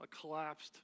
collapsed